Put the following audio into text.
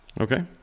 Okay